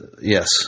Yes